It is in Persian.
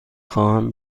خواهم